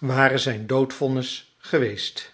ware zijn doodvonnis geweest